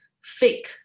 fake